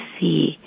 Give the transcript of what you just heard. see